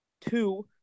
two